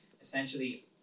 essentially